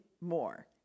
more